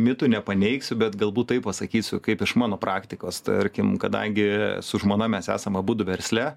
mitų nepaneigsiu bet galbūt taip pasakysiu kaip iš mano praktikos tarkim kadangi su žmona mes esam abudu versle